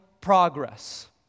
progress